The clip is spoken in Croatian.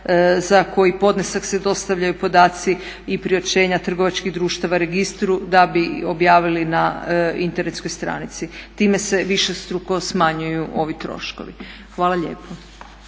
za koji podnesak se dostavljaju podaci i priopćenja trgovačkih društava registru da bi objavili na internetskoj stranici. Time se višestruko smanjuju ovi troškovi. Hvala lijepa.